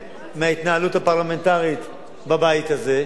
מההתנהלות הפרלמנטרית בבית הזה, תרגילים.